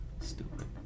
Stupid